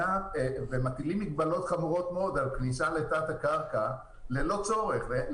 ומטילים מגבלות חמורות מאוד על כניסה לתת הקרקע ללא כל צורך.